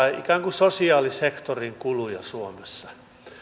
sosiaalisektorin kuluja suomessa